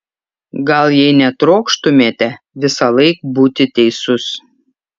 gal jei netrokštumėte visąlaik būti teisus